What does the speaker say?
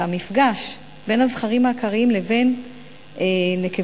והמפגש בין הזכרים העקרים לבין נקבות